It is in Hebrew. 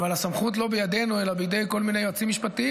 אבל הסמכות לא בידינו אלא בידי כל מיני יועצים משפטיים,